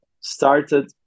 started